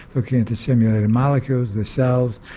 looking at the simulated molecules, the cells,